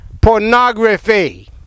pornography